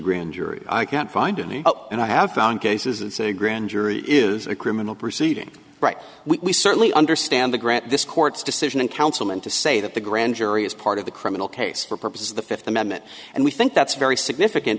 grand jury i can't find any and i have found cases it's a grand jury is a criminal proceeding right we certainly understand the grant this court's decision and councilman to say that the grand jury is part of the criminal case for purposes of the fifth amendment and we think that's very significant